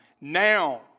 Now